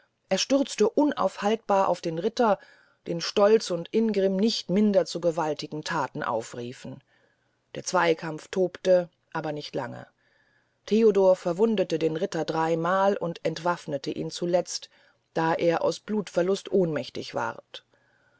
er stürzte unaufhaltbar auf den ritter den stolz und ingrimm nicht minder zu gewaltigen thaten aufriefen der zweykampf tobte aber nicht lange theodor verwundete den ritter dreymal und entwafnete ihn zuletzt da er aus blutverlust ohnmächtig ward